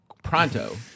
Pronto